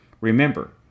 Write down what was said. Remember